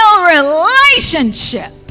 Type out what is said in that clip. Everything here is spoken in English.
relationship